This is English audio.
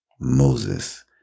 Moses